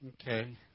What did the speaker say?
Okay